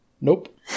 Nope